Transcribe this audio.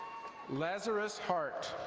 lazarus hart.